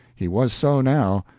he was so now.